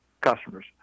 customers